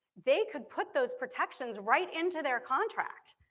they could put those protections right into their contract.